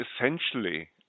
essentially